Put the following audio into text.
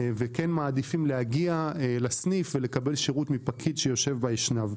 וכן מעדיפים להגיע לסניף ולקבל שירות מפקיד שיושב באשנב.